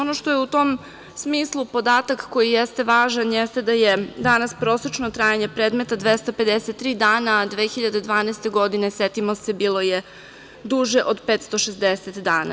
Ono što je u tom smislu podatak koji jeste važan jeste da je danas prosečno trajanje predmeta 253 dana, a 2012. godine, setimo se, bilo je duže od 560 dana.